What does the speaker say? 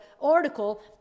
article